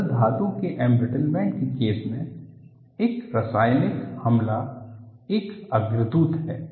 तरल धातु के एंब्रिटलमेंट के केस में एक रासायनिक हमला एक अग्रदूत है